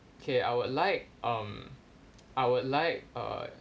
okay I would like um I would like err